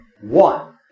One